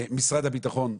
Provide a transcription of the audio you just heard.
משרד הביטחון,